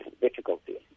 difficulty